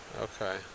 Okay